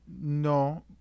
no